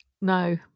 no